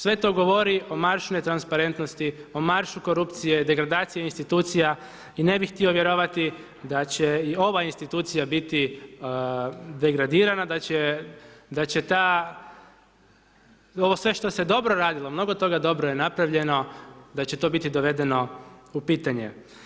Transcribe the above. Sve to govori o maršu netransparentnosti, o maršu korupcije, degradacije institucija i ne bih htio vjerovati da će i ova institucija biti degradirana, da će ta ovo sve što se dobro radilo, mnogo toga je dobro napravljeno da će to biti dovedeno u pitanje.